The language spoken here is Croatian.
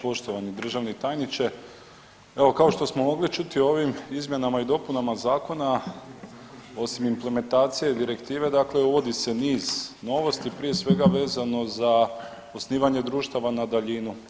Poštovani državni tajniče, evo kao što smo mogli čuti ovim izmjenama i dopunama zakona osim implementacije direktive dakle uvodi se niz novosti prije svega vezano za osnivanje društava na daljinu.